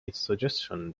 suggestion